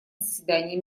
заседании